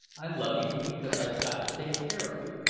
i love you because i've got to take care of you,